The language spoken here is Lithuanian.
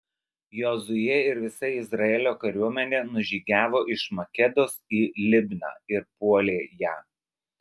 jozuė ir visa izraelio kariuomenė nužygiavo iš makedos į libną ir puolė ją